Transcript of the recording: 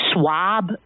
swab